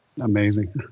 Amazing